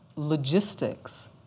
Logistics